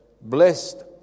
Blessed